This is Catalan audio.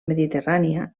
mediterrània